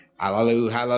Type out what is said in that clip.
hallelujah